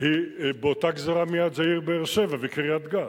היא באותה גזרה עם באר-שבע וקריית-גת.